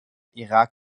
irak